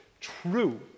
true